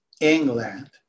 England